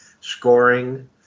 scoring